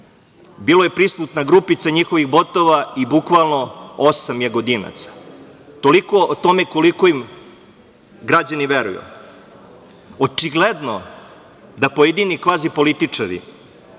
bila je prisutna grupica njihovih botova i bukvalno osam Jagodinaca. Toliko o tome koliko im građani veruju. Očigledno da pojedini kvazi političari